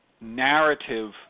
narrative